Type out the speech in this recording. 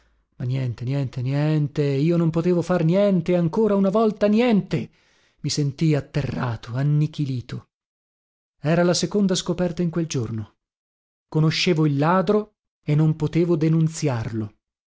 ma niente niente niente io non potevo far niente ancora una volta niente i sentii atterrato annichilito era la seconda scoperta in quel giorno conoscevo il ladro e non potevo denunziarlo